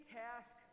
task